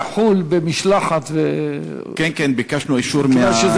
איילת נחמיאס, שאלה.